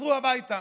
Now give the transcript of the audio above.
חזרו הביתה.